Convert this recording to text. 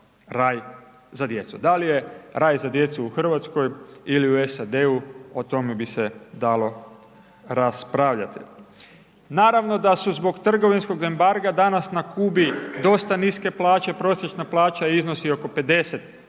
raj za djecu. Da li je raj za djecu u Hrvatskoj ili u SAD-u o tome bi se dalo raspravljati. Naravno da su zbog trgovinskog embarga danas na Kubi dosta niske plaće, prosječna plaća iznosi oko 50